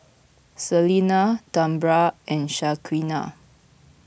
Salina Tambra and Shaquana